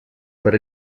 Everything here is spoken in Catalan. per